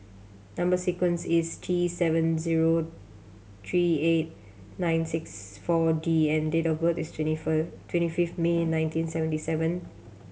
number sequence is T seven zero three eight nine six Four D and date of birth is twenty twenty fifth May nineteen seventy seven